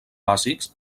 bàsics